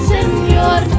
Señor